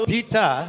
Peter